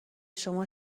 شما